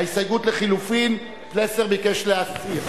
ההסתייגות לחלופין, פלסנר ביקש להסיר.